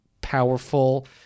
powerful